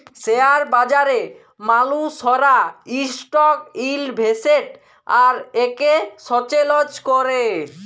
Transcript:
share বাজারে মালুসরা stock ইলভেসেট আর একেসচেলজ ক্যরে